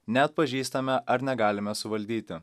neatpažįstame ar negalime suvaldyti